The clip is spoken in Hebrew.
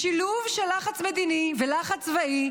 בשילוב של לחץ מדיני ולחץ צבאי,